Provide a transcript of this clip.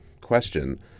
question